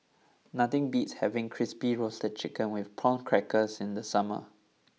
nothing beats having Crispy Roasted Chicken with Prawn Crackers in the summer